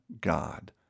God